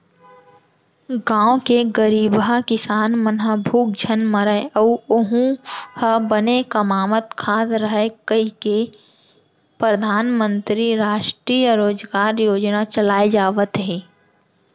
गाँव के गरीबहा किसान मन ह भूख झन मरय अउ ओहूँ ह बने कमावत खात रहय कहिके परधानमंतरी रास्टीय रोजगार योजना चलाए जावत हे